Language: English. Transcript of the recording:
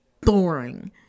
boring